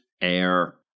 air